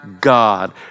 God